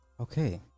okay